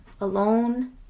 alone